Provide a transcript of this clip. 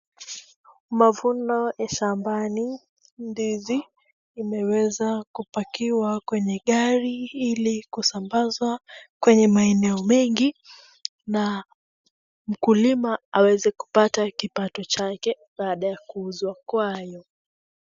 Mavuno ya shambani ndizi zimeweza kupakiwa kwenye gari ili kusabazwa kwenye maeneo mengi na mkulima aweze kupata kipato chake baada ya kuuza kwayo.